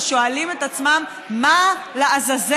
ושואלים את עצמם: לעזאזל,